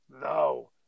No